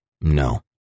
No